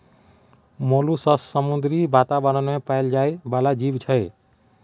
molluscs समुद्री बातावरण मे पाएल जाइ बला जीब छै